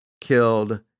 killed